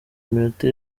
iminota